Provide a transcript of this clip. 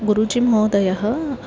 गुरुजि महोदयः